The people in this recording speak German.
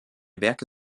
werke